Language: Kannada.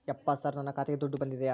ಯಪ್ಪ ಸರ್ ನನ್ನ ಖಾತೆಗೆ ದುಡ್ಡು ಬಂದಿದೆಯ?